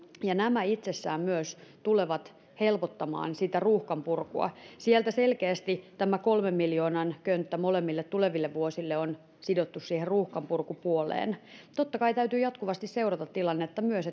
ja nämä itsessään myös tulevat helpottamaan sitä ruuhkan purkua sieltä selkeästi tämä kolmen miljoonan könttä molemmille tuleville vuosille on sidottu siihen ruuhkanpurkupuoleen totta kai täytyy jatkuvasti seurata tilannetta myös